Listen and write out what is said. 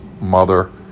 mother